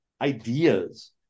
ideas